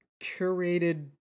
curated